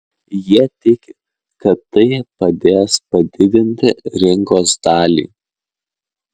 jie tiki kad tai padės padidinti rinkos dalį